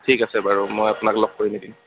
ঠিক আছে বাৰু মই আপোনাক লগ কৰিম এদিন